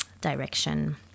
Direction